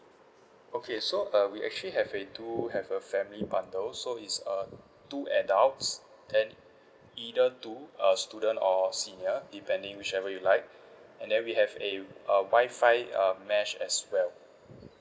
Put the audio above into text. okay so uh we actually have a do have a family bundle so it's uh two adults then either two uh student or senior depending whichever you like and then we have a uh wi-fi uh mesh as well